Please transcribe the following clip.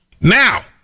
Now